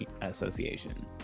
Association